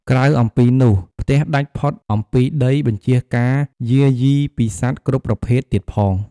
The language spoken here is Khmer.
ក្រៅអំពីនោះ ផ្ទះដាច់ផុតអំពីដីបញ្ចៀសការយារយីពីសត្វគ្រប់ប្រភេទទៀតផង។